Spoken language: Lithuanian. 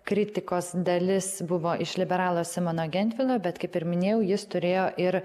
kritikos dalis buvo iš liberalo simono gentvilo bet kaip ir minėjau jis turėjo ir